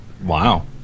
Wow